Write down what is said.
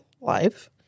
life